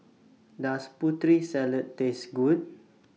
Does Putri Salad Taste Good